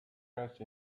else